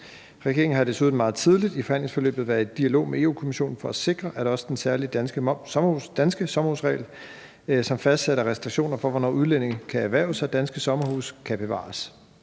Regeringen har desuden meget tidligt i forhandlingsforløbet været i dialog med Europa-Kommissionen for at sikre, at også den særlige danske sommerhusregel, som fastsætter restriktioner for, hvornår udlændinge kan erhverve sig danske sommerhuse, kan bevares.